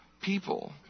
people